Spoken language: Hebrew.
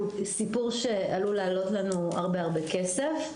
הוא סיפור שעלול לעלות לנו הרבה מאוד כסף.